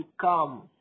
come